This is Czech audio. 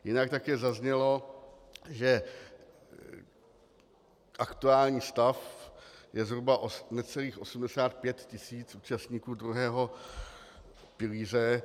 Jinak také zaznělo, že aktuální stav je zhruba necelých 85 tis. účastníků druhého pilíře.